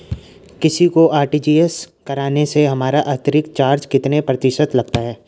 किसी को आर.टी.जी.एस करने से हमारा अतिरिक्त चार्ज कितने प्रतिशत लगता है?